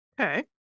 Okay